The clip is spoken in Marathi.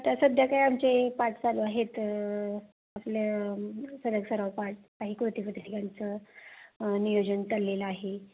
आता सध्या काय आमचे पाठ चालू आहेत आपलं सर सराव पाठ नियोजन टललेलं आहे